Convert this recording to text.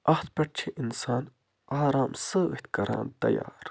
اَتھ پٮ۪ٹھ چھِ اِنسان آرام سۭتۍ کران تیار